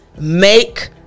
make